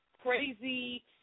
crazy